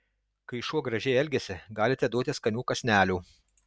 kai šuo gražiai elgiasi galite duoti skanių kąsnelių